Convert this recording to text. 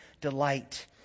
delight